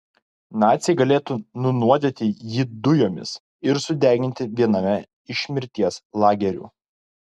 naciai galėtų nunuodyti jį dujomis ir sudeginti viename iš mirties lagerių